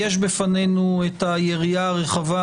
יש בפנינו היריעה הרחבה,